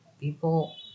people